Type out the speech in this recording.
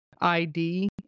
ID